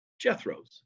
Jethro's